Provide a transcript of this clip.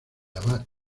abad